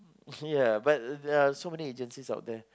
ya but there are so many agencies out there